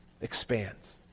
expands